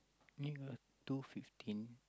meet her two fifteen